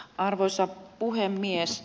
arvoisa puhemies